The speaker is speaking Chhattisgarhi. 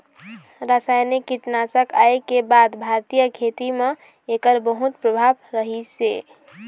रासायनिक कीटनाशक आए के बाद भारतीय खेती म एकर बहुत प्रभाव रहीसे